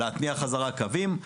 להתניע חזרה קווים,